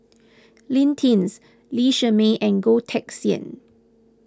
Lee Tjin Lee Shermay and Goh Teck Sian